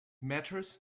matters